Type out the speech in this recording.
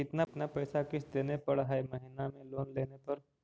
कितना पैसा किस्त देने पड़ है महीना में लोन लेने पर?